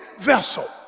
vessel